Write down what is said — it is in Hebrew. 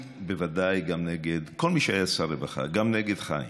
ובוודאי נגד כל מי שהיה שר הרווחה, גם נגד חיים.